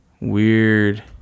weird